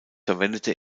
verwendete